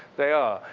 they are.